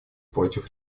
против